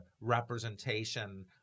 representation